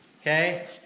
okay